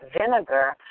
vinegar